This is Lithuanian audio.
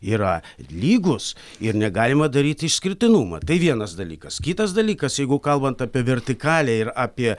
yra lygūs ir negalima daryti išskirtinumą tai vienas dalykas kitas dalykas jeigu kalbant apie vertikalią ir apie